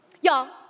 Y'all